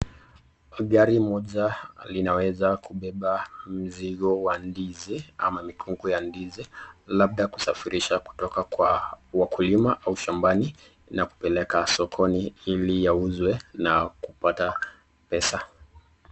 Gari moja linaweza kubeba mzigo au mikweko ya ndizi labda kusafarisha kutoka kwa wakulima au shambani na kupeleka sokoni ili yauzwe na kupata pesa.